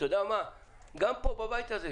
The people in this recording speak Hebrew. גם כאן בבית הזה,